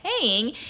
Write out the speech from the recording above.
paying